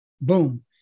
Boom